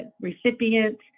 recipient